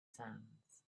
sands